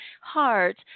heart